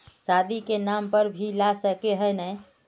शादी के नाम पर भी ला सके है नय?